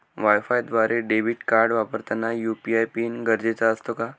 वायफायद्वारे debit card वापरताना UPI PIN गरजेचा असतो का?